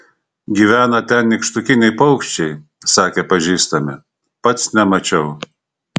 gyvena ten nykštukiniai paukščiai sakė pažįstami pats nemačiau